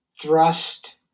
thrust